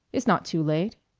it's not too late.